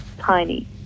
tiny